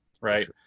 right